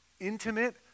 intimate